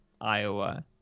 Iowa